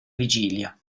vigilia